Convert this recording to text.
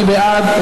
מי בעד?